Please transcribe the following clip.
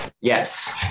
Yes